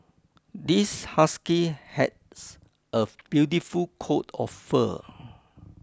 this husky has a beautiful coat of fur